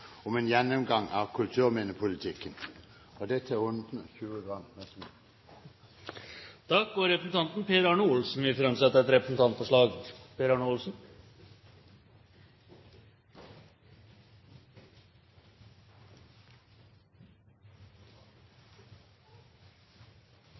om en gjennomgang av kulturminnepolitikken. Og dette er under 20 gram! Representanten Per Arne Olsen vil framsette et representantforslag.